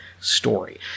story